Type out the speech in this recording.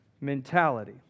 mentality